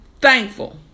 thankful